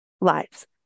lives